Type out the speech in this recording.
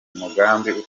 umugambi